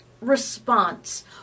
response